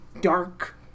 dark